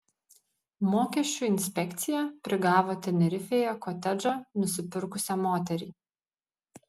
mokesčių inspekcija prigavo tenerifėje kotedžą nusipirkusią moterį